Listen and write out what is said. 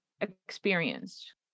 experienced